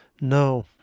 No